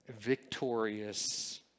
victorious